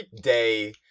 day